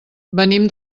venim